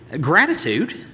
gratitude